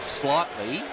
slightly